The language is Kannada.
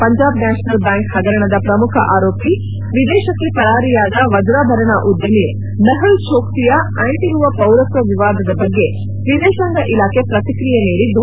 ಪಂಜಾಬ್ ನ್ಯಾಶನಲ್ ಬ್ಯಾಂಕ್ ಹಗರಣದ ಪ್ರಮುಖ ಆರೋಪಿ ವಿದೇಶಕ್ಕೆ ಪರಾರಿಯಾದ ವಜ್ರಾಭರಣ ಉದ್ದಮಿ ಮೆಹುಲ್ ಚೋಕ್ಲಿಯ ಅಂಟಗುವಾ ಪೌರತ್ವ ವಿವಾದದ ಬಗ್ಗೆ ವಿದೇಶಾಂಗ ಇಲಾಖೆ ಪ್ರತಿಕ್ರಿಯೆ ನೀಡಿದ್ದು